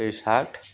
pay shirt